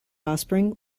offspring